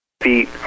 feet